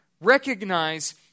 Recognize